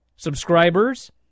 Subscribers